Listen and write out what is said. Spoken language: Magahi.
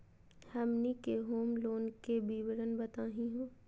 हमनी के होम लोन के विवरण बताही हो?